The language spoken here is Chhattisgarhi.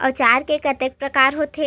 औजार के कतेक प्रकार होथे?